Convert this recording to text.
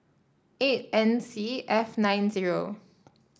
eight N C F nine zero